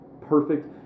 Perfect